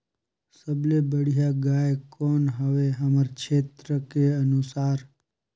सबले बढ़िया गाय कौन हवे हमर क्षेत्र के अनुसार?